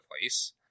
place